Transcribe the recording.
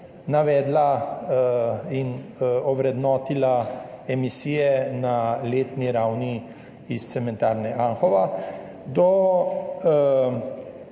navedla in ovrednotila emisije na letni ravni iz cementarne Anhovo, do